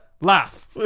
laugh